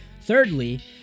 Thirdly